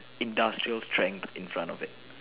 industrial strength in front of it